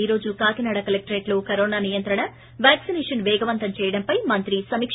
ఈ రోజు కాకినాడ కలెక్టరేట్లో కరోనా నియంత్రణ వ్యాక్పినేషన్ పేగవంతం చేయడంపై మంత్రి సమీక